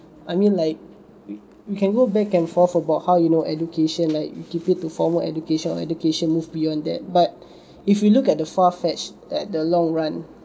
I mean like you can go back and forth about how you know education like you keep it to formal education or education move beyond that but if you look at the far fetched at the long run